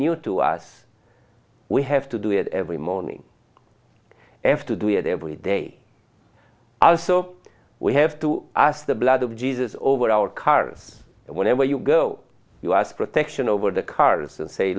new to us we have to do it every morning after do it everyday also we have to ask the blood of jesus over our cars and whenever you go you ask protection over the cars and say